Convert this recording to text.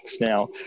now